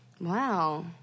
Wow